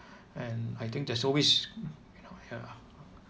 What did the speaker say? and I think there's always you know ya